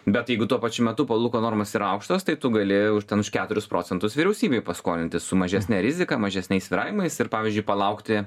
bet jeigu tuo pačiu metu palūkanų normos ir aukštos tai tu gali juos ten už keturis procentus vyriausybei paskolinti su mažesne rizika mažesniais svyravimais ir pavyzdžiui palaukti